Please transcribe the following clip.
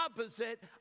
opposite